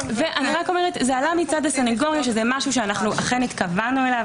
זה עלה מצד הסנגוריה שזה משהו שאכן התכוונו אליו.